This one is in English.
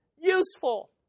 useful